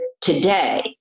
Today